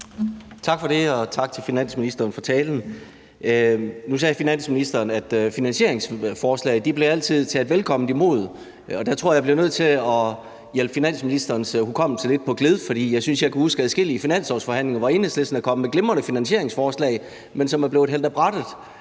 Tak for det, og tak til finansministeren for talen. Nu sagde finansministeren, at finansieringsforslag altid blevet taget velkomment imod, og der tror jeg jeg bliver nødt til at hjælpe finansministerens hukommelse lidt på gled. For jeg synes, jeg kan huske adskillige finanslovsforhandlinger, hvor Enhedslisten er kommet med glimrende finansieringsforslag, som så er blevet hældt ad brættet.